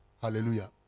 Hallelujah